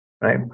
right